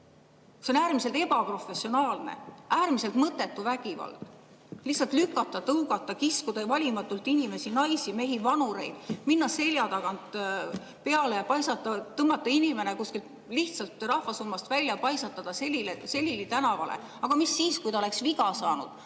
See oli äärmiselt ebaprofessionaalne, äärmiselt mõttetu vägivald. Lihtsalt lükata, tõugata, kiskuda valimatult inimesi, naisi, mehi, vanureid, minna selja tagant peale, tõmmata inimene kuskilt rahvasummast lihtsalt välja, paisata ta selili tänavale ... Aga mis siis, kui ta oleks viga saanud?